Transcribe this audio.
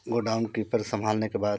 godown keeper संभालने के बाद